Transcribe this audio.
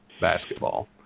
basketball